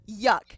Yuck